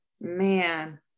man